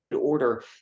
order